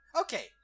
Okay